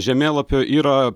žemėlapio yra